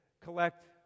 collect